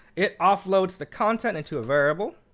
it offloads the content into a variable.